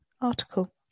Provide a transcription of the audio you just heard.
article